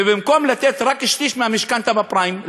ובמקום לתת רק שליש מהמשכנתה בפריים,